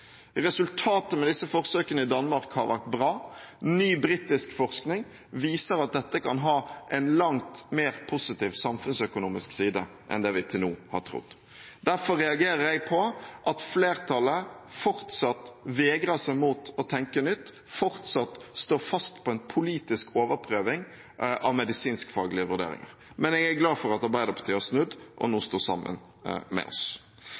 Resultatet med disse forsøkene i Danmark har vært bra. Ny britisk forskning viser at dette kan ha en langt mer positiv samfunnsøkonomisk side enn det vi til nå har trodd. Jeg reagerer på at flertallet fortsatt vegrer seg mot å tenke nytt og fortsatt står fast på en politisk overprøving av medisinsk-faglige vurderinger. Men jeg er glad for at Arbeiderpartiet har snudd og nå står sammen med oss.